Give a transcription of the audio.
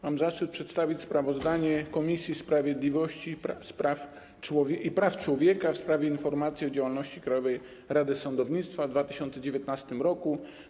Mam zaszczyt przedstawić sprawozdanie Komisji Sprawiedliwości i Praw Człowieka w sprawie informacji o działalności Krajowej Rady Sądownictwa w 2019 r.